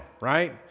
right